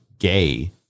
Gay